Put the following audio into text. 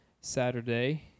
saturday